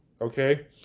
okay